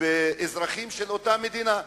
ובאזרחים של אותה מדינה?